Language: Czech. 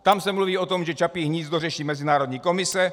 Tam se mluví o tom, že Čapí hnízdo řeší mezinárodní komise.